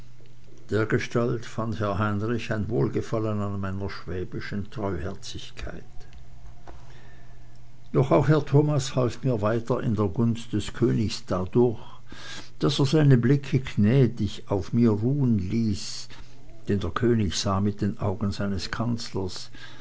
dergestalt fand heinrich ein wohlgefallen an meiner schwäbischen treuherzigkeit doch auch herr thomas half mir weiter in der gunst des königs dadurch daß er seine blicke gnädig auf mir ruhen ließ denn der könig sah mit den augen seines kanzlers